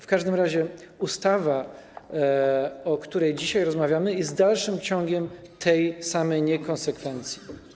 W każdym razie ustawa, o której dzisiaj rozmawiamy, jest dalszym ciągiem tej samej niekonsekwencji.